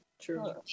True